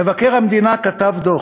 מבקר המדינה כתב דוח,